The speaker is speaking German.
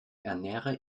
ernähre